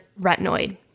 retinoid